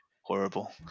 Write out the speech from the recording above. horrible